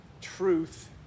truth